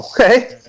Okay